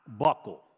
buckle